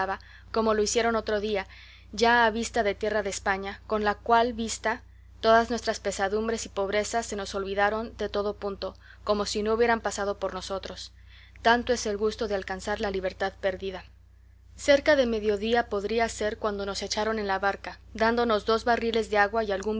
como lo hicieron otra día ya a vista de tierra de españa con la cual vista todas nuestras pesadumbres y pobrezas se nos olvidaron de todo punto como si no hubieran pasado por nosotros tanto es el gusto de alcanzar la libertad perdida cerca de mediodía podría ser cuando nos echaron en la barca dándonos dos barriles de agua y